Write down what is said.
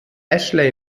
ashley